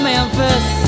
Memphis